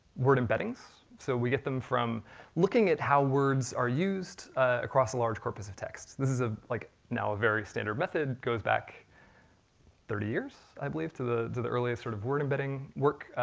word embeddings. so we get them from looking at how words are used, across the the large corpus of text. this is ah like now a very standard method. goes back thirty years, i believe, to the to the earliest sort of word embedding work,